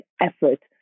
effort